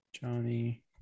johnny